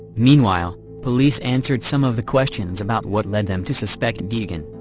meanwhile, police answered some of the questions about what led them to suspect degan.